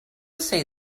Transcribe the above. say